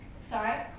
Sorry